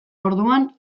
orduan